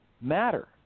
matter